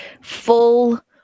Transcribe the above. full